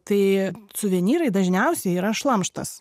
tai suvenyrai dažniausiai yra šlamštas